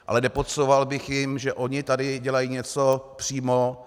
Ale nepodsouval bych jim, že ony tady dělají něco přímo.